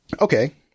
Okay